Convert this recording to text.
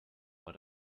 war